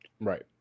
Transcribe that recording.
Right